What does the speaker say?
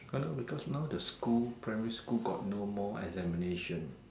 err because now the school primary school got no more examination